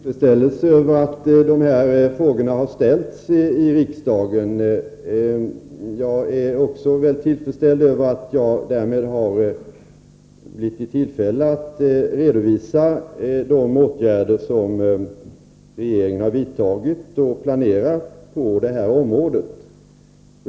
Herr talman! Låt mig börja med att uttrycka min tillfredsställelse över att dessa frågor har ställts i riksdagen. Jag är också mycket tillfredsställd över att jag därmed har fått tillfälle att redovisa de åtgärder som regeringen har vidtagit och planerar på detta område.